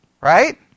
Right